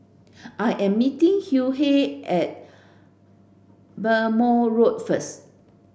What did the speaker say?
I am meeting Hughey at Bhamo Road first